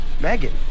Megan